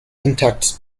intact